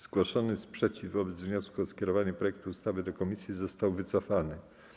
Zgłoszony sprzeciw wobec wniosku o skierowanie projektu ustawy do komisji został wycofany.